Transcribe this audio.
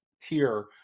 tier